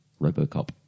Robocop